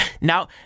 now